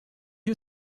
you